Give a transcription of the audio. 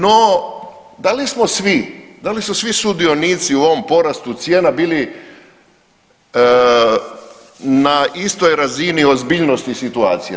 No, da li smo svi, da li su svi sudionici u ovom porastu cijena bili na istoj razini ozbiljnosti situacije?